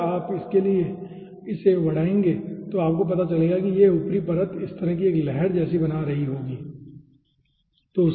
अगर आप उसके लिए इसे बढ़ाएंगे तो आपको पता चलेगा कि यह ऊपरी परत इस तरह की एक लहर जैसा बना रही होगी ठीक है